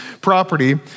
property